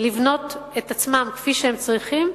לבנות את עצמם כפי שהם צריכים,